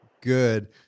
Good